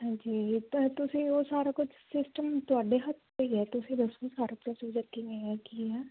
ਹਾਂਜੀ ਤਾਂ ਤੁਸੀਂ ਉਹ ਸਾਰਾ ਕੁਝ ਸਿਸਟਮ ਤੁਹਾਡੇ ਹੱਥ 'ਤੇ ਹੈ ਤੁਸੀਂ ਦੱਸੋ ਸਾਰਾ ਪ੍ਰੋਸੀਜ਼ਰ ਕੀ ਹੈ ਕਿਵੇਂ ਹੈ